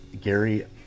Gary